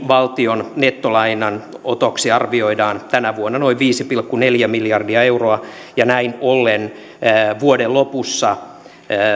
valtion nettolainanotoksi arvioidaan tänä vuonna noin viisi pilkku neljä miljardia euroa näin ollen vuoden lopussa